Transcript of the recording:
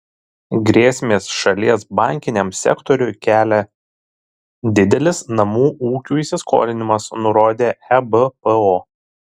grėsmės šalies bankiniam sektoriui kelia didelis namų ūkių įsiskolinimas nurodė ebpo